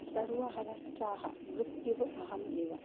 सर्वहरश्चाह मृत्युः अहमेव